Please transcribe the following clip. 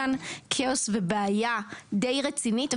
יש כאן כאוס ובעיה די רצינית.